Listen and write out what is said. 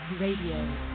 Radio